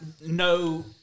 no